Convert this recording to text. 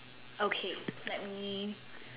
okay let me